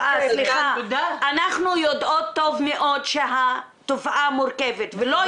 אנחנו יודעות טוב מאוד שהתופעה מורכבת ולא